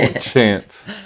chance